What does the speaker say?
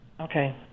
Okay